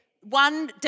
one